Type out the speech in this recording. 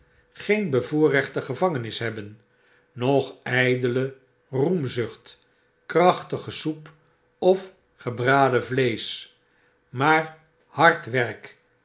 geen bevoorrechte gevangenis hebben noch ydele roemzucht krachtige soep ofgebraden vleesch maar hard werk